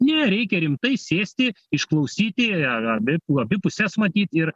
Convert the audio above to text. ne reikia rimtai sėsti išklausyti ar abi abi puses matyt ir